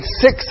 six